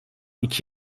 iki